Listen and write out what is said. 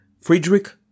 Friedrich